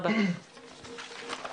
הישיבה ננעלה בשעה 13:04.